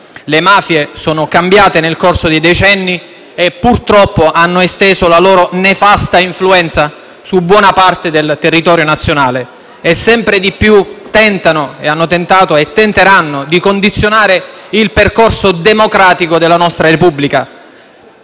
Le mafie sono cambiate nel corso dei decenni e, purtroppo, hanno esteso la loro nefasta influenza su buona parte del territorio nazionale e, sempre di più, hanno tentato, tentano e tenteranno di condizionare il percorso democratico della nostra Repubblica,